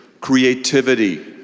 creativity